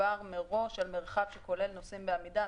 מדובר מראש על מרחק שכולל נוסעים בעמידה.